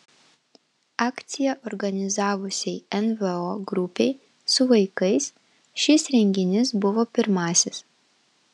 akciją organizavusiai nvo grupei su vaikais šis renginys buvo pirmasis